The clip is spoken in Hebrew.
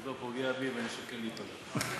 כבודו פוגע בי, ואני שוקל להיפגע.